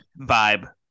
vibe